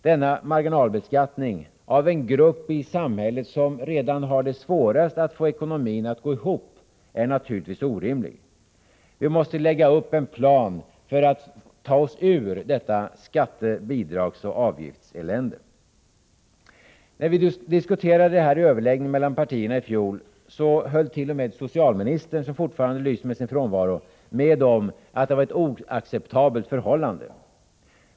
Denna marginalbeskattning av den grupp i samhället som redan har det svårast att få ekonomin att gå ihop är naturligtvis orimlig. Vi måste lägga upp en plan för att ta oss ur detta skatte-, bidragsoch avgiftselände. När vi diskuterade detta i överläggning mellan partierna i fjol höll t.o.m. socialministern, som fortfarande lyser med sin frånvaro, med om att det var ett oacceptabelt förhållande.